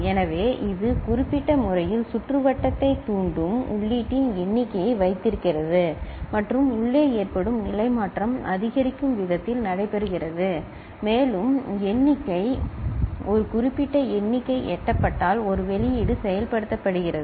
எனவே இது குறிப்பிட்ட முறையில் சுற்றுவட்டத்தைத் தூண்டும் உள்ளீட்டின் எண்ணிக்கையை வைத்திருக்கிறது மற்றும் உள்ளே ஏற்படும் நிலைமாற்றம் அதிகரிக்கும் விதத்தில் நடைபெறுகிறது மேலும் எண்ணிக்கை ஒரு குறிப்பிட்ட எண்ணிக்கை எட்டப்பட்டால் ஒரு வெளியீடு செயல்படுத்தப்படுகிறது